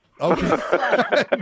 Okay